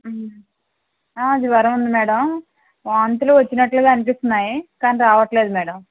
జ్వరం ఉంది మేడం వాంతులు వచ్చినట్టుగా అనిపిస్తున్నాయి కాని రావటం లేదు మేడం